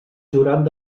jurat